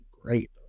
great